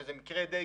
שזה מקרה דגל,